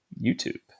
YouTube